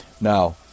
now